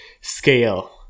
scale